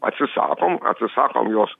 atsisakom atsisakom jos